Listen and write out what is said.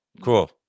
Cool